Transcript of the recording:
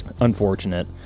unfortunate